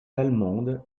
allemandes